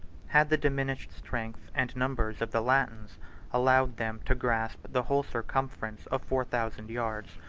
had the diminished strength and numbers of the latins allowed them to grasp the whole circumference of four thousand yards,